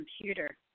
computer